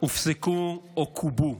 הופסקו או כובו.